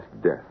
death